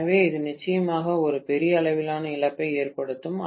எனவே அது நிச்சயமாக ஒரு பெரிய அளவிலான இழப்பை ஏற்படுத்தும்